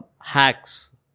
hacks